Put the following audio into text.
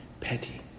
petty